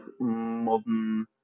modern